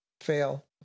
fail